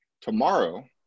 Tomorrow